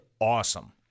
awesome